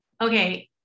okay